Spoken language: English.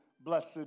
blessed